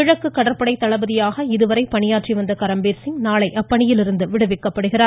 கிழக்கு கடற்படை தளபதியாக இதுவரை பணியாற்றி வந்த கரம்பீர் சிங் நாளை அப்பணியிலிருந்து விடுவிக்கப்படுகிறார்